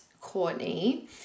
courtney